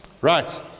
Right